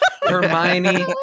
Hermione